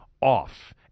Off